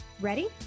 Ready